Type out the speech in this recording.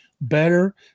Better